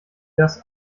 dass